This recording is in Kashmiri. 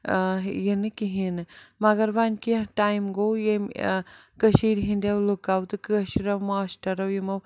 یِنہٕ کِہیٖنۍ نہٕ مگر وۄنۍ کیٚنٛہہ ٹایِم گوٚو ییٚمہِ کٔشیٖرِ ہِنٛدیو لُکَو تہٕ کٲشریو ماسٹَرو یِمو